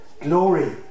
glory